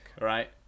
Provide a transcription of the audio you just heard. right